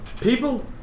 People